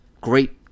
Great